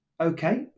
Okay